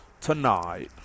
tonight